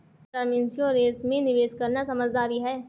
क्या term insurance में निवेश करना समझदारी है?